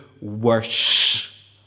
worse